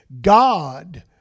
God